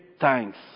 thanks